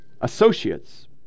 associates